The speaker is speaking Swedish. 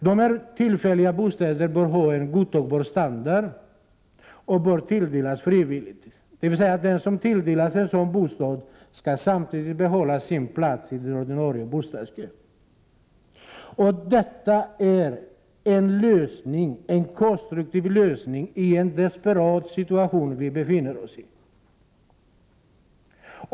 Dessa tillfälliga bostäder bör ha en godtagbar standard och de bör tilldelas frivilligt, dvs. den som tilldelas en sådan bostad skall samtidigt behålla sin plats i den ordinarie bostadskön. Det är en lösning av konstruktivt slag i den desperata situation som vi befinner oss i.